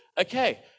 okay